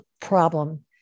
problem